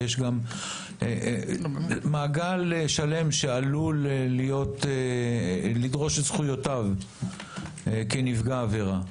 ויש גם מעגל שלם שעלול לדרוש את זכויותיו כנפגע עבירה.